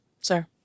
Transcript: sir